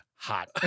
hot